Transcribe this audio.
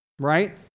right